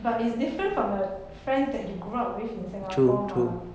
but it's different from a friend that you grew up with in singapore mah